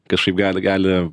kažkaip gali gali